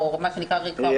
או מה שנקרא רקע רומנטי.